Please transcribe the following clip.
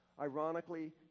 Ironically